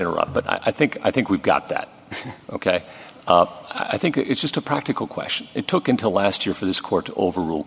interrupt but i think i think we've got that ok i think it's just a practical question it took until last year for this court to over